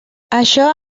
això